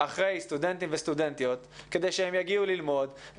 אחרי סטודנטים וסטודנטיות כדי שהם יגיעו ללמוד.